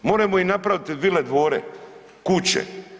Moramo i napraviti vile, dvore, kuće.